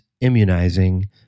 Immunizing